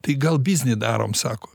tai gal biznį darom sako